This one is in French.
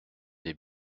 des